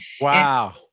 Wow